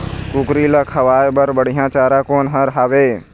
कुकरी ला खवाए बर बढीया चारा कोन हर हावे?